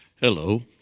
Hello